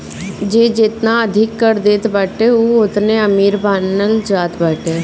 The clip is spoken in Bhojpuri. जे जेतना अधिका कर देत बाटे उ ओतने अमीर मानल जात बाटे